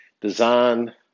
design